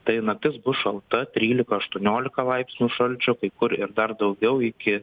tai naktis bus šalta trylika aštuoniolika laipsnių šalčio kai kur ir dar daugiau iki